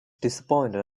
disappointed